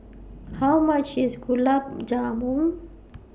How much IS Gulab Jamun